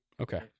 Okay